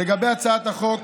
לגבי הצעת החוק